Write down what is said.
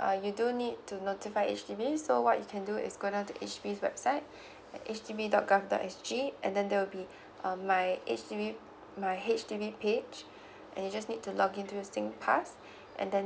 uh you do need to notify H_D_B so what you can do is go down to H_D_B website at H D B dot gov dot S G and then there will be um my H_D_B my H_D_B page and you just need to login to your singpass and then